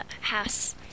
house